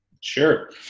Sure